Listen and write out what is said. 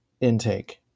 intake